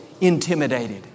intimidated